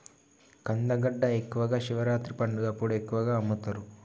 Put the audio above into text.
కందగడ్డ ఎక్కువగా శివరాత్రి పండగప్పుడు ఎక్కువగా అమ్ముతరు